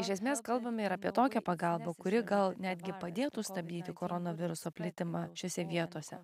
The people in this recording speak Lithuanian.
iš esmės kalbame ir apie tokią pagalbą kuri gal netgi padėtų stabdyti koronaviruso plitimą šiose vietose